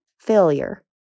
failure